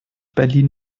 berlin